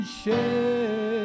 share